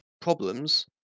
problems